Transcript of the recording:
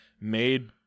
made